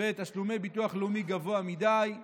בתשלומי ביטוח לאומי גבוה מדי.